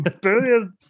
Brilliant